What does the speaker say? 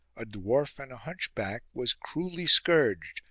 a dwarf and a hunchback, was cruelly scourged,